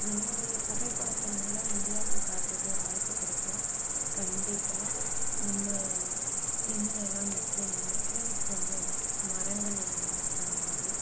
என்னுடைய புகைப்படத்தின் மூலம் இந்தியாவுக்கு காட்டுறது வாய்ப்பு கிடச்சா கண்டிப்பாக நம்ம என்னென்னலாம் முக்கியமான ட்ரீஸ் வந்து என்ன மரங்கள் என்னென்ன முக்கியமானது